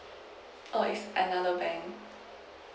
oh it's another bank